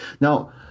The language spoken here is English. Now